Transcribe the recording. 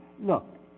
look